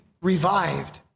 revived